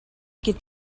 could